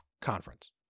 conference